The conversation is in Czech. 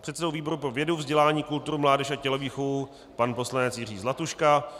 předsedou výboru pro vědu, vzdělání, kulturu, mládež a tělovýchovu pan poslanec Jiří Zlatuška,